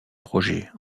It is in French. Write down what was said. projet